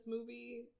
movie